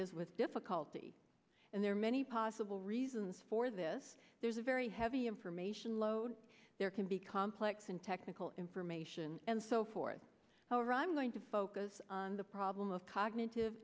is with difficulty and there are many possible reasons for this there's a very heavy information load there can be complex and technical information and so forth however i'm going to focus on the problem of cognitive